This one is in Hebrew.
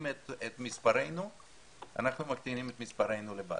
את מספרינו אנחנו מקטינים את מספרינו לבד.